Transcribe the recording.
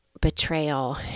betrayal